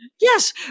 Yes